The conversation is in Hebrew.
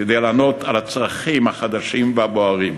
כדי לענות על הצרכים החדשים והבוערים.